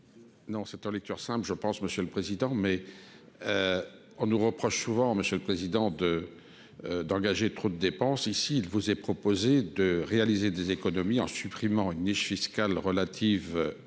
Non, cette lecture simple je pense monsieur le président, mais on nous reproche souvent, monsieur le président de d'engager trop de dépenses, ici, il vous est proposé de réaliser des économies en supprimant une niche fiscale relative